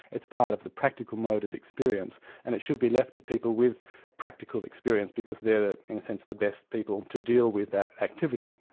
it's part of the practical mode of experience and it should be left to people with practical experience because they're, in a sense, the best people to deal with that activity.